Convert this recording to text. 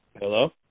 Hello